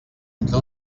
entre